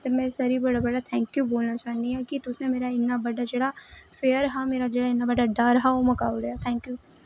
ते में सर गी बड़ा बड़ा थैंक्यू बोलना चाह्न्नीं कि तुसें मेरा जेहड़ा इन्ना बड्डा डर हा मकाई ओड़ेआ थैंक्यू सर